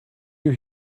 you